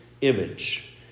image